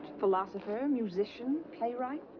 philosopher, musician, playwright.